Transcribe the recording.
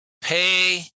pay